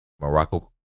Morocco